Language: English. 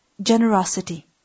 Generosity